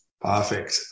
Perfect